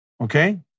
Okay